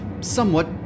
somewhat